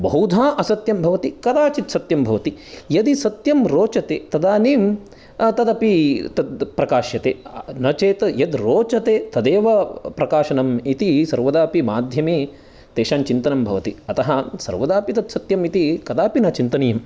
बहुधा असत्यं भवति कदाचित् सत्यं भवति यदि सत्यं रोचते तदानीं तदपि तद् प्रकाश्यते न चेत यद रोचते तदेव प्रकाशनम् इति सर्वदापि माध्यमे तेषां चिन्तनं भवति अतः सर्वदापि तत् सत्यं इति कदापि न चिन्तनीयं